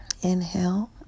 Inhale